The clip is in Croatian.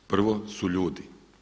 Prvo su ljudi.